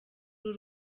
uru